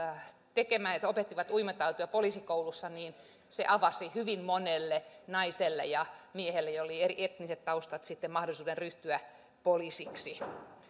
opettamaan uimataitoja poliisikoulussa se avasi hyvin monelle naiselle ja miehelle joilla oli eri etniset taustat sitten mahdollisuuden ryhtyä poliisiksi